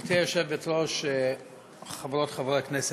גברתי היושבת-ראש, חברות וחברי הכנסת,